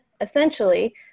essentially